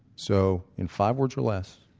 so in five words or less,